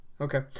Okay